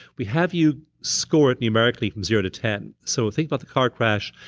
we have you score it numerically from zero to ten. so think about the car crash.